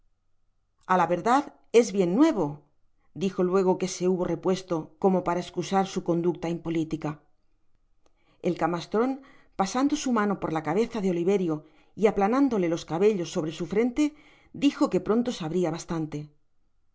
a la verdad es bien nuevo dijo luego que se hubo repuesto como para excusar su conducta impolitica el camastron pasando su mano por la cabeza de oliverio y aplanándole los cabellos sobre su frente dijo que pronto sabria bastante